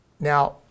Now